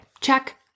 Check